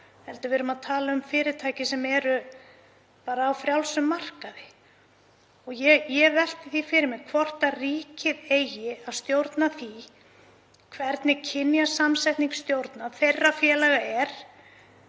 opinbera, við erum að tala um fyrirtæki sem eru á frjálsum markaði og ég velti því fyrir mér hvort ríkið eigi að stjórna því hvernig kynjasamsetning stjórna þeirra félaga er